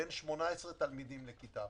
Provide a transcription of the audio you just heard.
בין 18 תלמידים בכיתה